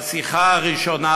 השיחה הראשונה